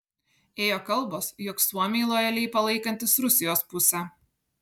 ėjo kalbos jog suomiai lojaliai palaikantys rusijos pusę